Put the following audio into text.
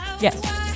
yes